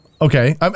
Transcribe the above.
Okay